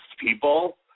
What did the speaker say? people